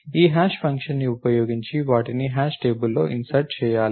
ఈ హ్యాష్ ఫంక్షన్ని ఉపయోగించి వాటిని హ్యాష్ టేబుల్లోకి ఇన్సర్ట్ చేయాలి